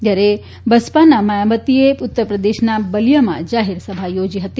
જયારે બસપાના માયાવતીએ ઉત્તરપ્રદેશના બલીયામાં જાહેરસભા યોજી હતી